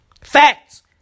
Facts